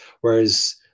Whereas